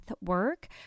work